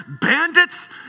bandits